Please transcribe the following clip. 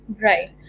right